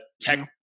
tech